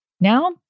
Now